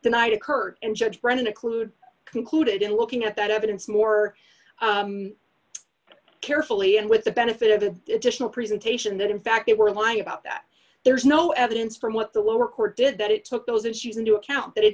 denied occurred and judge brennan occlude concluded in looking at that evidence more carefully and with the benefit of an additional presentation that in fact it were lying about that there is no evidence from what the lower court did that it took those issues into account that it